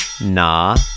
Nah